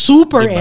Super